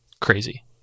crazy